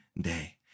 day